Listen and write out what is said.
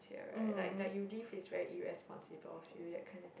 say right like like you leave is very irresponsible that kind of thing